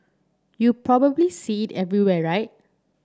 you probably see it everywhere right